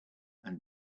and